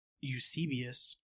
Eusebius